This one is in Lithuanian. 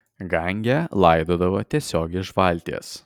gange laidodavo tiesiog iš valties